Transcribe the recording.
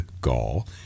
Gall